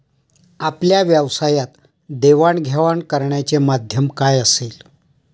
आपल्या व्यवसायात देवाणघेवाण करण्याचे माध्यम काय असेल?